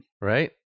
Right